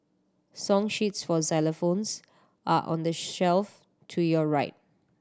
song sheets for xylophones are on the shelf to your right